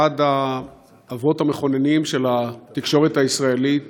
אחד האבות המכוננים של התקשורת הישראלית